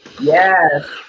Yes